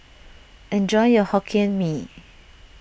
enjoy your Hokkien Mee